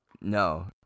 No